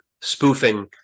spoofing